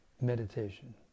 meditation